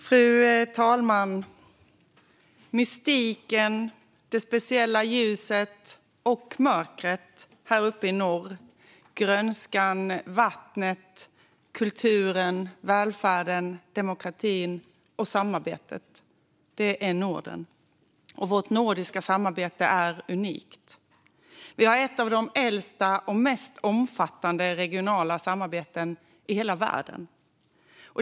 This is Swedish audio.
Fru talman! Mystiken, det speciella ljuset, och mörkret, här uppe i norr, grönskan, vattnet, kulturen, välfärden, demokratin och samarbetet. Det är Norden. Vårt nordiska samarbete är unikt. Vi har ett av de äldsta och mest omfattande regionala samarbetena i hela världen.